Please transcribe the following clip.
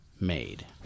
made